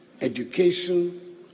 education